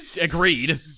agreed